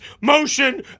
motion